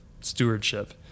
stewardship